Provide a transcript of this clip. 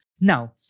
Now